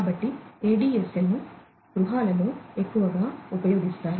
కాబట్టి ADSL ను గృహాలలో ఎక్కువగా ఉపయోగిస్తారు